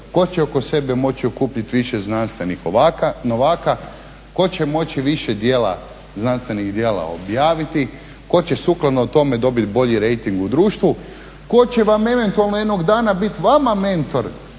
tko će oko sebe moći okupiti više znanstvenih novaka, tko će moći više djela znanstvenih djela objaviti, tko će sukladno tome dobiti bolji rejting u društvu, tko će vam eventualno jednog dana biti vama mentor